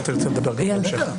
כן תרצה לדבר גם בהמשך.